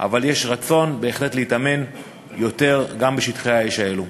אבל יש רצון בהחלט להתאמן יותר גם בשטחי האש האלה.